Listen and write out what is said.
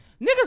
Niggas